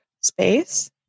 space